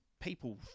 people